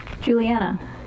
Juliana